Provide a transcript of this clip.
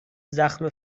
زخم